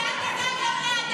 חבר הכנסת כהן.